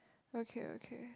okay okay